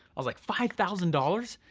i was like five thousand dollars?